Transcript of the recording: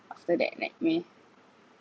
after that nightmare